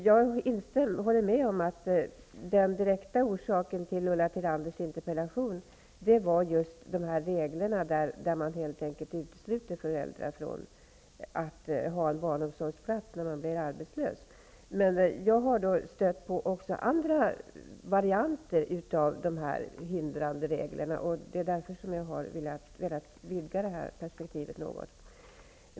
Jag håller med om att den direkta orsaken till Ulla Tillanders interpellation var just de regler som helt enkelt utesluter att föräldrar har en barnomsorgsplats för sina barn när de blir arbetslösa. Men jag har stött på också andra varianter av dessa hindrande regler, och det är därför som jag har velat vidga perspektivet något.